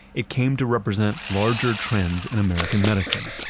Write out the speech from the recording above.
it came to represent larger trends in american medicine.